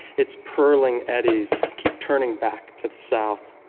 its purling eddies keep turning back to the south,